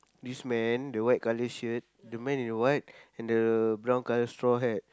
this man the white colour shirt the man in white and the brown colour straw hat